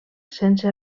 sense